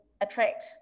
attract